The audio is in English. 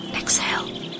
Exhale